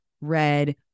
red